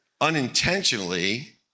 unintentionally